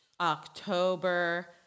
October